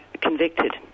convicted